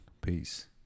peace